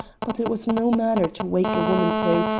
but it was no matter to wake a woman to,